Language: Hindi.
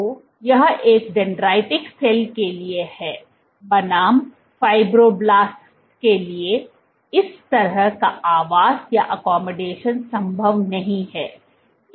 तो यह एक डेंड्राइटिक सेल के लिए है बनाम फ़ाइब्रोब्लास्टइस के लिए इस तरह का आवास संभव नहीं है